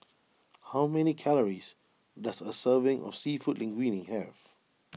how many calories does a serving of Seafood Linguine have